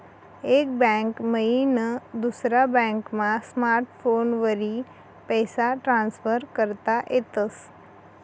एक बैंक मईन दुसरा बॅकमा स्मार्टफोनवरी पैसा ट्रान्सफर करता येतस